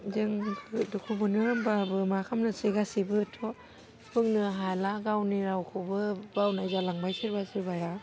जों दुखु मोनो होमबाबो मा खालामनोसि गासिबोथ' बुंनो हाला गावनि रावखौबो बावनाय जालांबाय सोरबा सोरबाया